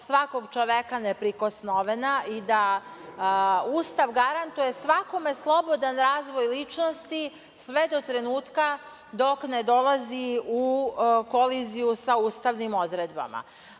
svakog čoveka neprikosnoveno i da Ustav garantuje svakome slobodan razvoj ličnosti, sve do trenutka dok ne dolazi u koliziju sa ustavnim odredbama,